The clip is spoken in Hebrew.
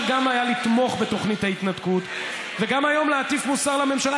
גם לתמוך בתוכנית ההתנתקות וגם היום להטיף מוסר לממשלה,